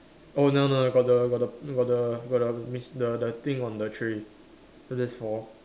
oh no no got the got the got the got mis~ the the thing on the tray so that's four